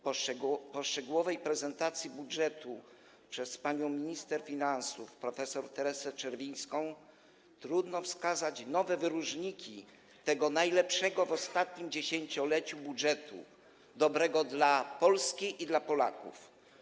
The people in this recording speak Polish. Po szczegółowej prezentacji budżetu przez panią minister finansów prof. Teresę Czerwińską trudno wskazać nowe wyróżniki tego najlepszego w ostatnim 10-leciu budżetu, dobrego dla Polski i dla Polaków.